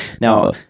Now